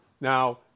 Now